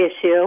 issue